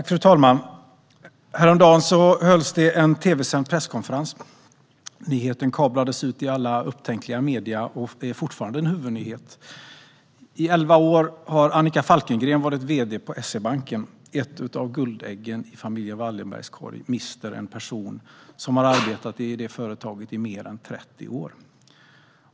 Fru talman! Häromdagen hölls en tv-sänd presskonferens. Nyheten kablades ut i alla upptänkliga medier och är fortfarande en huvudnyhet. I elva år har Annika Falkengren varit vd på SEB. Ett av guldäggen i familjen Wallenbergs korg mister en person som arbetat i företaget i mer än 30 år.